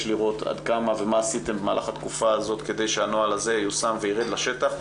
לראות מה עשיתם במהלך התקופה הזאת כדי שהנוהל הזה ייושם וירד לשטח.